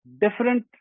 different